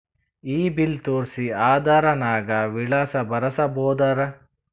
ಈ ಬಿಲ್ ತೋಸ್ರಿ ಆಧಾರ ನಾಗ ವಿಳಾಸ ಬರಸಬೋದರ?